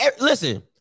Listen